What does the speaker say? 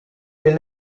les